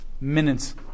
minutes